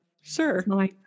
Sure